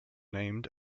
named